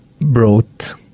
brought